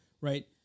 right